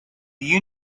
you